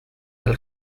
del